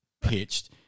pitched